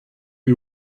oui